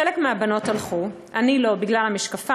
חלק מהבנות הלכו, אני לא, בגלל המשקפיים,